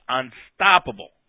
unstoppable